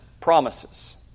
promises